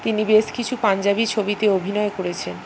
তিনি বেশ কিছু পাঞ্জাবি ছবিতে অভিনয় করেছেন